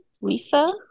Lisa